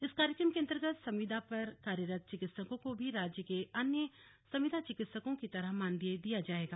इस कार्यक्रम के अंतर्गत संविदा पर कार्यरत चिकित्सकों को भी राज्य के अन्य संविदा चिकित्सकों की तरह मानदेय दिया जाएगा